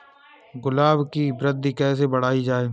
गुलाब की वृद्धि कैसे बढ़ाई जाए?